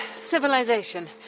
Civilization